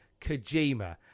Kojima